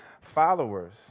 followers